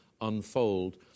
unfold